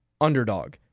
underdog